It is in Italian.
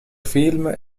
film